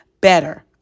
better